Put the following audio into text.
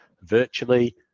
virtually